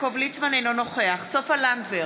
אינו נוכח סופה לנדבר,